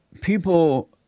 people